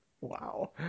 Wow